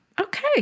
Okay